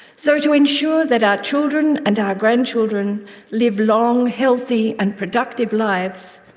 so to ensure that our children and our grandchildren live long, healthy and productive lives,